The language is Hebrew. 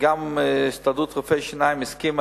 שגם הסתדרות רופאי השיניים הסכימה